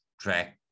track